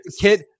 Kid